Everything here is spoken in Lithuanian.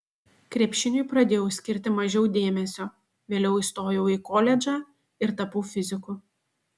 krepšiniui pradėjau skirti mažiau dėmesio vėliau įstojau į koledžą ir tapau fiziku